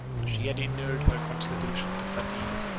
she had inured her constitution to fatigue,